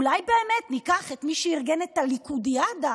אולי באמת ניקח את מי שארגן את הליכודיאדה?